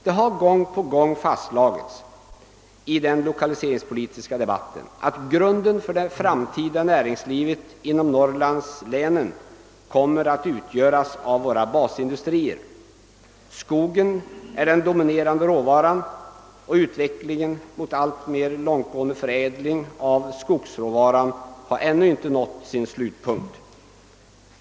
I den lokaliseringspolitiska debatten har gång på gång fastslagits att grunden för det framtida näringslivet i Norrlandslänen kommer att utgöras av våra basindustrier. Den dominerande råvaran kommer från skogen, och utvecklingen mot alltmer långtgående förädling av skogsråvaran har ännu inte nått sin slutpunkt.